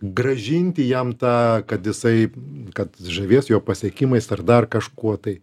grąžinti jam tą kad jisai kad žavies jo pasiekimais ar dar kažkuo tai